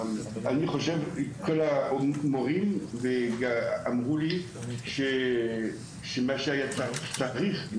כל המורים אמרו לי שמה שהיה צריך זה